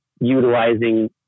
utilizing